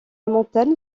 montagne